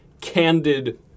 candid